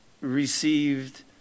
received